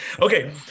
Okay